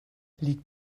liegt